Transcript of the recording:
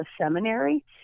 seminary